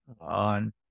on